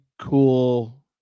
cool